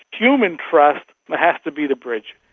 human trust ah has to be the bridge.